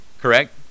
correct